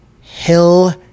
hill